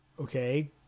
okay